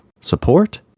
support